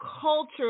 culture